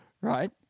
Right